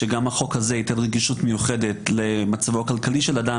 14). לצערנו יו"ר הוועדה עדיין בבידוד,